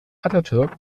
atatürk